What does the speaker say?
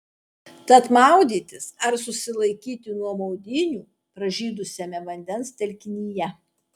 tad maudytis ar susilaikyti nuo maudynių pražydusiame vandens telkinyje